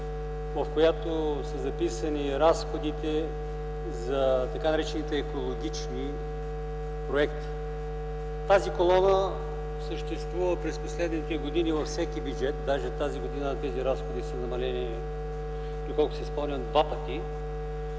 в която са записани разходите за така наречените екологични проекти. Тази колона съществува през последните години във всеки бюджет, дори тази година разходите са намалени два пъти,